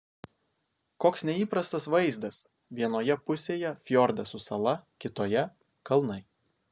koks neįprastas vaizdas vienoje pusėje fjordas su sala kitoje kalnai